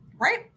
Right